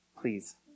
Please